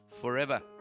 forever